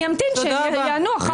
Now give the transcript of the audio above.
אני אמתין שהם יענו אחר כך.